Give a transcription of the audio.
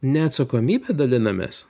ne atsakomybe dalinamės